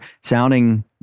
sounding